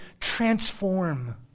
transform